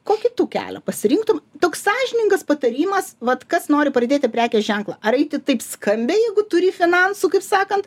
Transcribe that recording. kokį tu kelią pasirinktum toks sąžiningas patarimas vat kas nori pradėti prekės ženklą ar eiti taip skambiai jeigu turi finansų kaip sakant